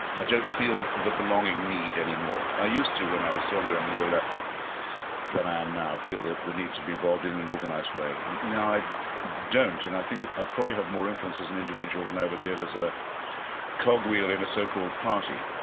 i don't feel the belonging need anymore. i used to when i was younger and more left than i am now feel that the need to be involved in an organized way. now i don't, and i think i probably have more influence as an individual than i ever did as a cogwheel in a so-called party.